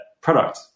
product